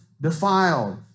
defiled